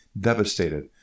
devastated